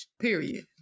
Period